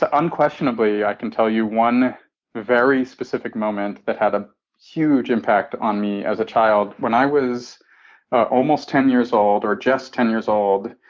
ah unquestionably i can tell you one very specific moment that had a huge impact on me as a child. when i was almost ten years old or just ten years old,